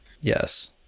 yes